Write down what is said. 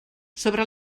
sobre